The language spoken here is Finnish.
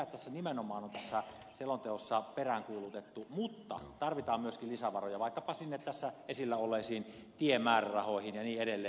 sitä tässä nimenomaan on tässä selonteossa peräänkuulutettu mutta tarvitaan myöskin lisävaroja vaikkapa sinne tässä esillä olleisiin tiemäärärahoihin ja niin edelleen